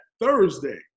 Thursday